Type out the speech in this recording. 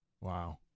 Wow